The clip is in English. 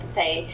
say